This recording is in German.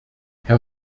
herr